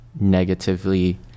negatively